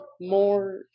more